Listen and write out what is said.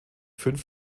fünf